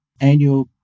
annual